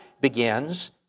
begins